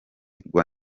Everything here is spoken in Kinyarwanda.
rwa